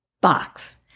box